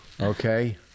Okay